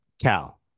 Cal